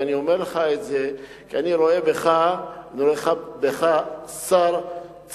ואני אומר לך את זה כי אני רואה בך שר צעיר,